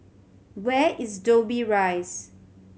where is Dobbie Rise